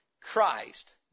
Christ